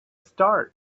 start